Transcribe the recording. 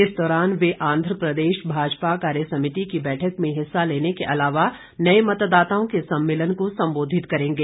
इस दौरान वे आन्ध्र प्रदेश भाजपा कार्य समिति की बैठक में हिस्सा लेने के अलावा नए मतदाताओं के सम्मेलन को सम्बोधित करेंगे